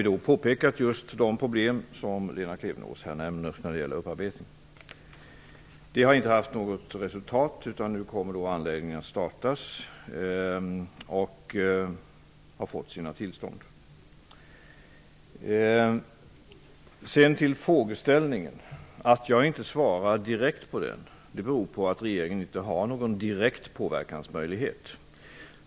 I dessa skrivningar har de problem som Lena Klevenås här nämner vad gäller upparbetningen påpekats. Det har inte gett något resultat. Anläggningen kommer att startas. Den har givits vederbörliga tillstånd. Att jag inte svarar på själva frågan beror på att regeringen inte har någon direkt möjlighet till påverkan.